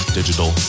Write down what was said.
Digital